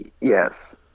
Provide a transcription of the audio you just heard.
Yes